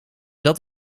dat